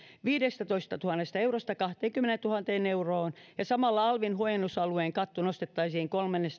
viidestätoistatuhannesta eurosta kahteenkymmeneentuhanteen euroon ja että samalla alvin huojennusalueen katto nostettaisiin